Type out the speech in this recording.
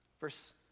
Verse